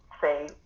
say